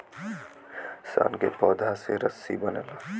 सन के पौधा से रसरी बनला